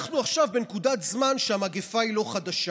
אנחנו עכשיו בנקודת זמן שהמגפה היא לא חדשה.